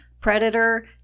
predator